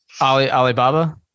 Alibaba